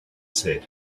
said